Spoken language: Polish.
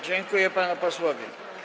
Dziękuję panu posłowi.